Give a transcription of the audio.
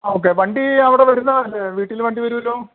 okay വണ്ടി അവിടെ വരുന്നത് അല്ലേ വീട്ടിൽ വണ്ടി വരുമല്ലോ